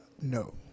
No